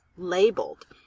labeled